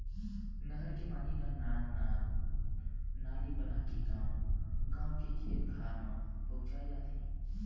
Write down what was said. नहर के पानी ल नान नान नाली बनाके गाँव गाँव के खेत खार म पहुंचाए जाथे